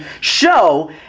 show